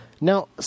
Now